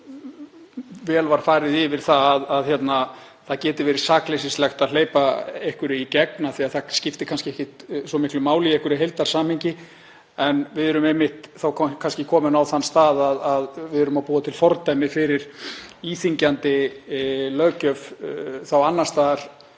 vel var farið yfir það að það geti verið sakleysislegt að hleypa einhverju í gegn af því að það skipti kannski ekki svo miklu máli í einhverju heildarsamhengi, en við erum þá kannski komin á þann stað að við erum þá að búa til fordæmi fyrir íþyngjandi löggjöf annars staðar.